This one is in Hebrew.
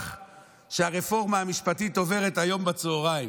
שהרפורמה המשפטית עוברת היום בצוהריים,